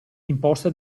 imposte